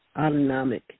autonomic